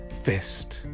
fist